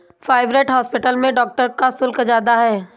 private hospital में doctor का शुल्क ज्यादा है